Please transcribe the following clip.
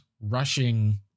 rushing